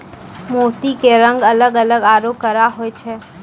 मोती के रंग अलग अलग आरो कड़ा होय छै